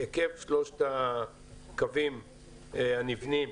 היקף שלושת הקווים הנבנים